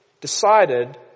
decided